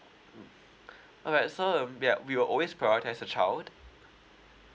alright so um yup we will always prioritize the child